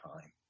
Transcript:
time